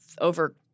over –